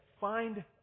find